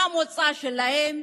מה המוצא שלהם,